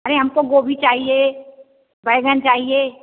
अरे हमको गोभी चाहिए बैंगन चाहिए